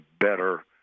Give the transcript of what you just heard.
better